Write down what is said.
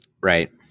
right